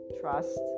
trust